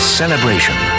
celebration